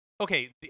Okay